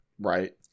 Right